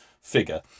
figure